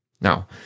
Now